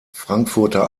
frankfurter